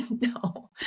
no